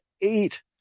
eight